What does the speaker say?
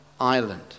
Ireland